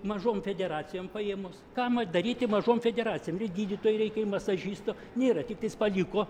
mažom federacijom paėmus ką daryti mažom federacijom reikia gydytojo reikia ir masažisto nėra tiktais paliko